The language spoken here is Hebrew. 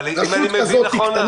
אבל אם אני מבין נכון,